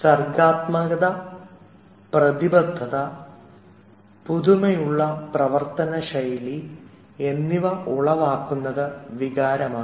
സർഗ്ഗാത്മകത പ്രതിബദ്ധത പുതുമയുള്ള പ്രവർത്തനശൈലി എന്നിവ ഉളവാക്കുന്നത് വികാരമാണ്